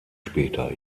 später